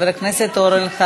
גברתי היושבת-ראש,